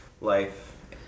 life